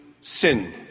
sin